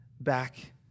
back